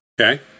Okay